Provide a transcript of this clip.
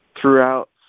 throughout